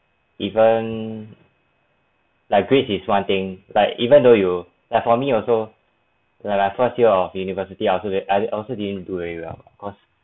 even like grades is one thing like even though you have for me also like my first year of university also then I also didn't do very well cause